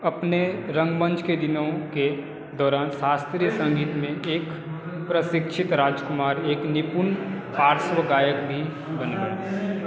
अपने रंगमंच के दिनों के दौरान शास्त्रीय संगीत में एक प्रशिक्षित राजकुमार एक निपुण पार्श्व गायक भी बन गए